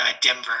Denver